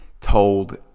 told